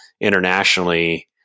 internationally